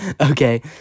Okay